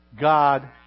God